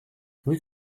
have